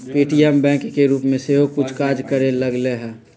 Paytm bank के रूप में सेहो कुछ काज करे लगलै ह